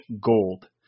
gold